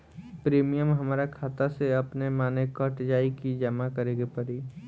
Premium हमरा खाता से अपने माने कट जाई की जमा करे के पड़ी?